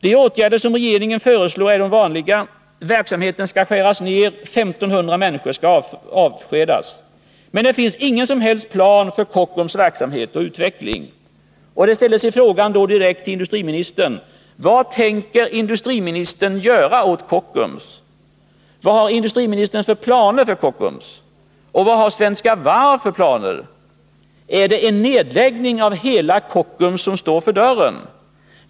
De åtgärder som regeringen föreslår är de vanliga: verksamheten skall skäras ned, 1500 människor skall avskedas. Men det finns ingen som helst plan för Kockums verksamhet och utveckling. Vad tänker industriministern göra åt Kockums? Vad har industriministern för planer för Kockums? Och vad har Svenska Varv för planer? Är det en nedläggning av Kockums som står för dörren?